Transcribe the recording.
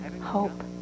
hope